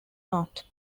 art